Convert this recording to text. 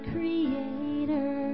Creator